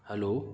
hello